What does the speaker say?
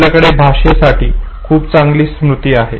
आपल्याकडे भाषेसाठी खूप चांगली स्मृती आहे